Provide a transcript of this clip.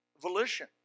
Volition